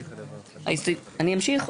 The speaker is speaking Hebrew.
אני אמשיך?